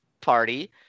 party